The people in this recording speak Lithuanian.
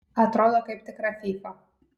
atrodo kaip tikra fyfa